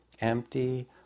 Empty